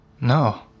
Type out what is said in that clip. No